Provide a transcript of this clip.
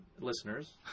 listeners